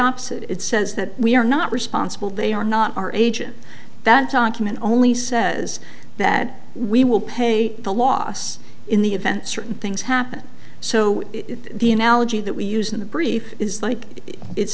opposite it says that we are not responsible they are not our agent that document only says that we will pay the loss in the event certain things happen so the analogy that we used in the brief is like i